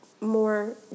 more